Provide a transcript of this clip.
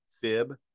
fib